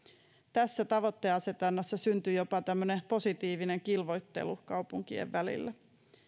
tässä tavoiteasetannassa syntyy jopa tämmöinen positiivinen kilvoittelu kaupunkien välillä